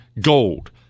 Gold